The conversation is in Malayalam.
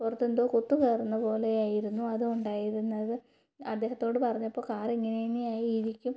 പുറത്ത് എന്തോ കുത്ത് കയറുന്ന പോലെയായിരുന്നു അത് ഉണ്ടായിരുന്നത് അദ്ദേഹത്തോട് പറഞ്ഞപ്പോള് കാര് ഇങ്ങനെന്നെയായിരിക്കും